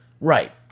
Right